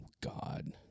God